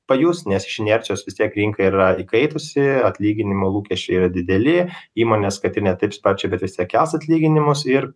pajus nes iš inercijos vis tiek rinka yra įkaitusi atlyginimų lūkesčiai yra dideli įmonės kad ir ne taip sparčiai bet vis tiek kels atlyginimus ir